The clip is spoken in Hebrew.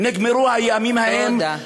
נגמרו הימים ההם, תודה.